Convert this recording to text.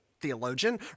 theologian